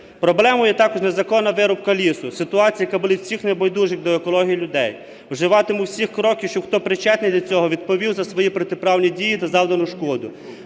Проблемою є також незаконна вирубка лісу – ситуація, яка болить всіх небайдужих до екології людей. Вживатиму всіх кроків, щоб, хто причетний до цього, відповів за свої протиправні дії та завдану шкоду.